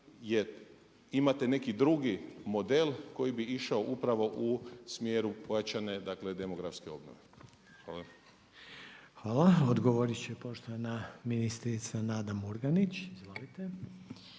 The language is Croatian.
imate neki drugi model koji bi išao upravo u smjeru pojačane demografske obnove? Hvala. **Reiner, Željko (HDZ)** Hvala. Odgovorit će poštovana ministrica Nada Murganić. Izvolite.